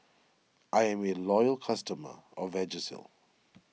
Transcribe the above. I'm a loyal customer of Vagisil